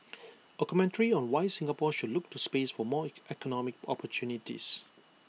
A commentary on why Singapore should look to space for more economic opportunities